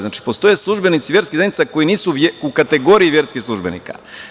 Znači, postoje službenici verskih zajednica koji nisu u kategoriji verskih službenika.